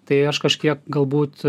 tai aš kažkiek galbūt